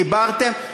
דיברתם?